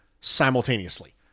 simultaneously